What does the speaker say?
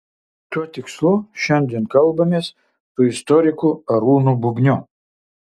tuo tikslu šiandien kalbamės su istoriku arūnu bubniu